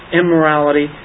immorality